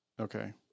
Okay